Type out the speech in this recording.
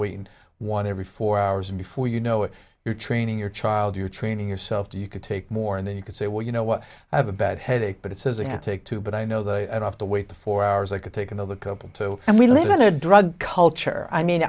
waiting one every four hours and before you know it you're training your child you're training yourself to you could take more and then you could say well you know what i have a bad headache but it says i can take two but i know that i have to wait four hours i could take another couple two and we live in a drug culture i mean